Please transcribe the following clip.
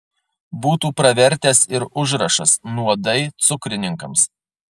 būtų pravertęs ir užrašas nuodai cukrininkams